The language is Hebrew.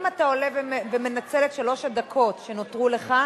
אם אתה עולה ומנצל את שלוש הדקות שנותרו לך,